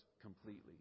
completely